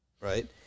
Right